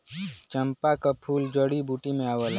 चंपा क फूल जड़ी बूटी में आवला